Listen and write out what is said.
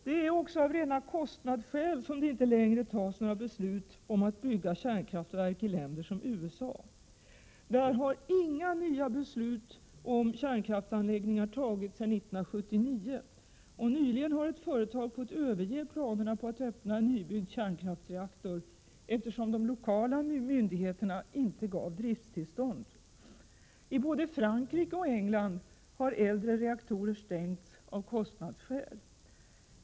Det är också av rena kostnadsskäl som det inte längre tas några beslut om att bygga ut kärnkraft i länder som USA. Där har inga nya beslut om byggandet av kärnkraftsanläggningar tagits sedan 1979. Nyligen har ett företag fått överge planerna på att öppna en nybyggd kärnkraftreaktor eftersom de lokala myndigheterna inte gav drifttillstånd. I både Frankrike och England har äldre reaktorer stängts av kostnadsskäl.